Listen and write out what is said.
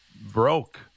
broke